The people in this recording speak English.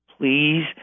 please